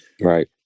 right